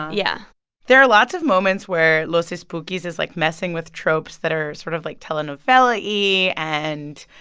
yeah there are lots of moments where los espookys is, like, messing with tropes that are sort of, like, telenovela-y. and,